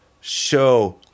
show